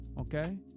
okay